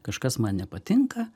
kažkas man nepatinka